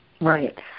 Right